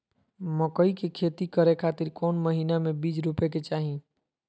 मकई के खेती करें खातिर कौन महीना में बीज रोपे के चाही?